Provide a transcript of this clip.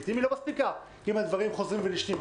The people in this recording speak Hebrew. לעתים היא לא מספיקה אם הדברים חוזרים ונשנים.